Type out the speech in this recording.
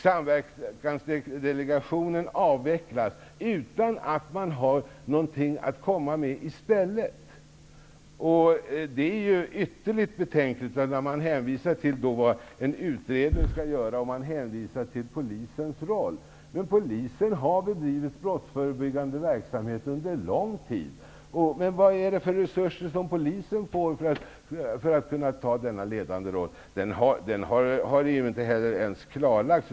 Samverkansdelegationen avvecklas utan att man har någonting att komma med i stället. Det är ytterligt betänkligt. Man hänvisar till vad en utredning skall göra och till polisens roll. Polisen har bedrivit brottsförebyggande verksamhet under lång tid. Vilka resurser får polisen för att kunna axla denna ledande roll? Det har inte ens klarlagts.